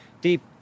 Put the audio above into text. deep